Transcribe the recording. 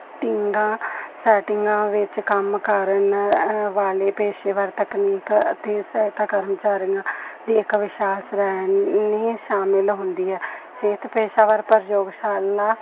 ਟੀਗਾਂ ਸੈਟਿੰਗਾਂ ਵਿੱਚ ਕੰਮ ਕਰਨ ਵਾਲੇ ਪੇਸ਼ੇਵਰ ਤਕਨੀਕ ਅਤੇ ਸਹਾਇਤਾ ਕਰਮਚਾਰੀਆਂ ਦੀ ਇੱਕ ਵਿਸ਼ਾਲ ਸ਼੍ਰੇਣੀ ਸ਼ਾਮਿਲ ਹੁੰਦੀ ਹੈ ਸਿਹਤ ਪੇਸ਼ਾਵਰ ਪ੍ਰਯੋਗਸ਼ਾਲਾ